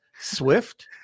Swift